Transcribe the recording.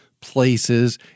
places